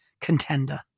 contender